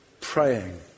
Praying